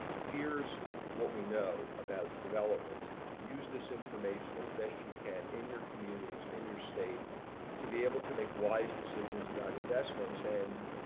here's what we know about development use this information as best you can in your communities in your state to be able to make wise decisions about investments and